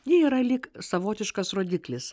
ji yra lyg savotiškas rodiklis